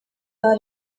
aba